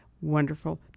Wonderful